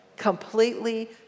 Completely